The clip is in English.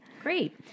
Great